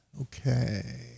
okay